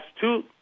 two